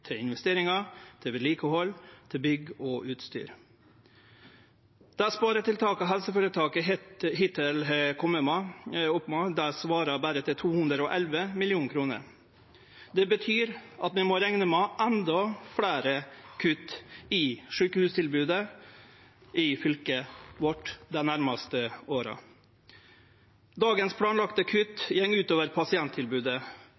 til investeringar, til vedlikehald og til bygg og utstyr. Dei sparetiltaka helseføretaket hittil har kome opp med, svarar berre til 211 mill. kr. Det betyr at vi må rekne med endå fleire kutt i sjukehustilbodet i fylket vårt dei nærmaste åra. Dei kutta som er planlagde